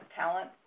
talent